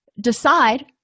decide